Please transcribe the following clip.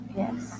yes